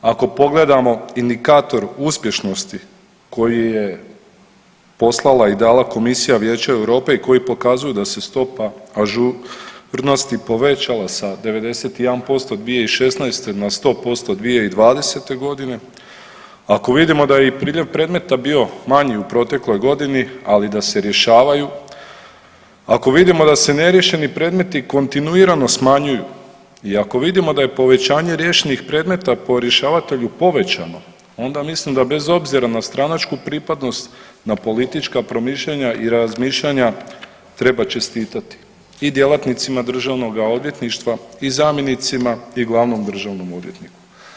Ako pogledamo indikator uspješnosti koji je poslala i dala Komisija Vijeća Europe i koji pokazuju da se stopa ažurnosti povećala sa 91% 2016. na 100% 2020. godine, ako vidimo da je i priljev predmeta bio manji u protekloj godini, ali da se rješavaju, ako vidimo da se neriješeni predmeti kontinuirano smanjuju i ako vidimo da je povećanje riješenih predmeta po rješavatelju povećano onda mislim da bez obzira na stranačku pripadnost, na politička promišljanja i razmišljanja treba čestitati i djelatnicima državnog odvjetništva i zamjenicima i glavnom državnom odvjetniku.